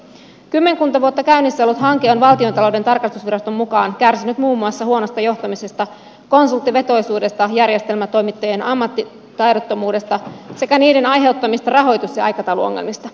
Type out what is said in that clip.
kymmenkunta vuotta käynnissä ollut hanke on valtiontalouden tarkastusviraston mukaan kärsinyt muun muassa huonosta johtamisesta konsulttivetoisuudesta järjestelmätoimittajien ammattitaidottomuudesta sekä niiden aiheuttamista rahoitus ja aikatauluongelmista